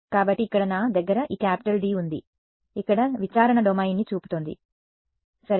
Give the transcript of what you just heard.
కాబట్టి ఇక్కడ నా దగ్గర ఈ క్యాపిటల్ D ఉంది ఇక్కడ విచారణ డొమైన్ని చూపుతోంది సరే